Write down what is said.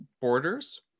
borders